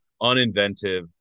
uninventive